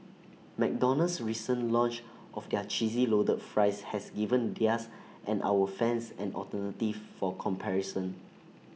McDonald's recent launch of their cheesy loaded fries has given theirs and our fans an alternative for comparison